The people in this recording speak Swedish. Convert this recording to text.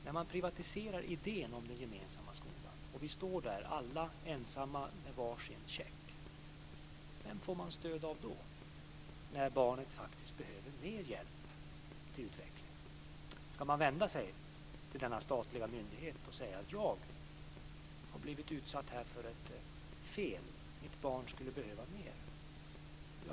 När man privatiserar idén om den gemensamma skolan och vi står där alla ensamma med var sin check, vem får man stöd av då när barnet faktiskt behöver mer hjälp till utveckling? Ska man vända sig till denna statliga myndighet och säga: Jag har blivit utsatt för ett fel. Mitt barn skulle behöva mer.